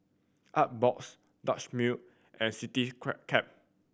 Artbox Dutch Mill and